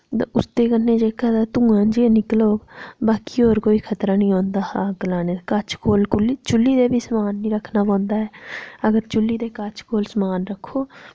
ते उसदे कन्नै जेह्का ते धुआं जेहा निकलग बाकी होर कोई खतरा निं होंदा हा चुल्ली दे कोल बी समान निं रक्खना पौंदा ऐ अगर चुल्ली दे कच्छ कोल समान रक्खो